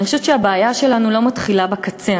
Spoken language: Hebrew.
אבל אני חושבת שהבעיה שלנו לא מתחילה בקצה,